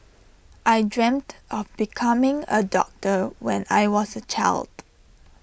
I dreamt of becoming A doctor when I was A child